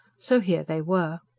so here they were.